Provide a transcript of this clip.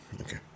Okay